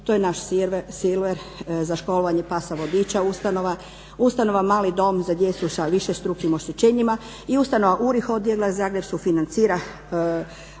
to je naš "Silver" za školovanje pasa vodiča ustanova, ustanova "Mali dom" za djecu sa višestrukim oštećenjima i ustanova URIHO gdje Zagreb sufinancira